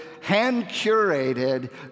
hand-curated